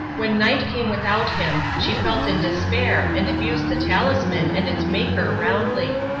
when night came without him she felt in despair and abused the talisman and its maker roundly.